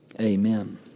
Amen